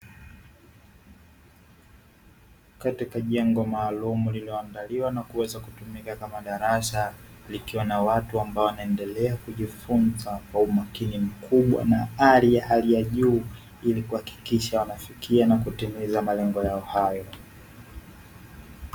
Katika jengo maalumu lililoandaliwa na kuweza kutumika kama darasa, likiwa na watu ambao wanaendelea kujifunza kwa umakini mkubwa, na ari ya hali ya juu, ili kuhakikisha wanafikia na kutimiza malengo yao hayo.